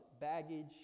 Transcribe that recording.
baggage